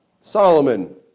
Solomon